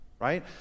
Right